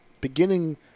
beginning